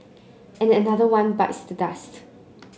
and another one bites the dust